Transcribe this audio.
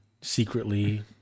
secretly